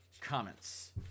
comments